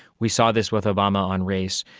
we saw this with obama on race.